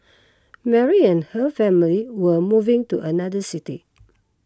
Mary and her family were moving to another city